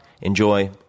enjoy